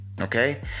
Okay